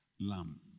lamb